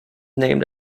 named